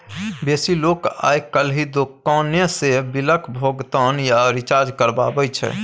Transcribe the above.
बेसी लोक आइ काल्हि दोकाने सँ बिलक भोगतान या रिचार्ज करबाबै छै